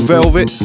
Velvet